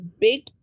Big